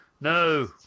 no